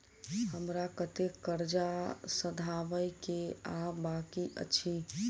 हमरा कतेक कर्जा सधाबई केँ आ बाकी अछि?